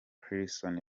hilson